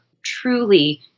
truly